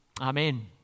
Amen